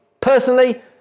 Personally